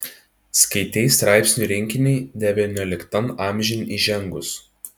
skaitei straipsnių rinkinį devynioliktan amžiun įžengus